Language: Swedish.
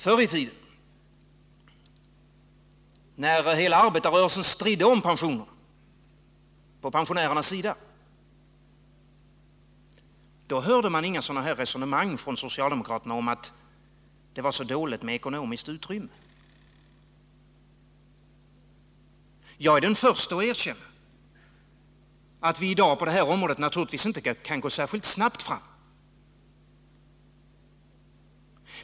Förr i tiden, när hela arbetarrörelsen stridde om pensionerna på pensionärernas sida, då hörde man inga sådana här resonemang från socialdemokraterna om att det var så dåligt med ekonomiskt utrymme. Jag är den förste att erkänna att vi i dag på det här området naturligtvis inte kan gå särskilt snabbt fram.